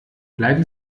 bleiben